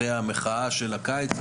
אחרי המחאה של הקיץ,